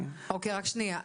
אוקי, רק שנייה.